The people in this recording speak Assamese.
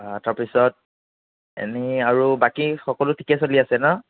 তাৰপিছত এনেই আৰু বাকী সকলো ঠিকে চলি আছে ন'